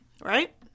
right